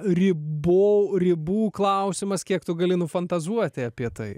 ribo ribų klausimas kiek tu gali nu fantazuoti apie tai